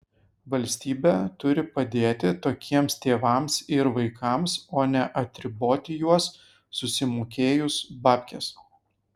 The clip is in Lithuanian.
valstybė turi padėti tokiems tėvams ir vaikams o ne atriboti juos susimokėjus babkes